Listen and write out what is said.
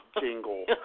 jingle